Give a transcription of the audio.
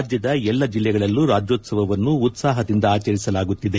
ರಾಜ್ಯದ ಎಲ್ಲಾ ಜಿಲ್ಲೆಗಳಲ್ಲೂ ರಾಜ್ಯೋತ್ಸವವನ್ನು ಉತ್ಸಾಹದಿಂದ ಆಚರಿಸಲಾಗುತ್ತಿದೆ